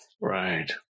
Right